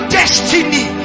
destiny